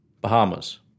Bahamas